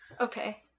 Okay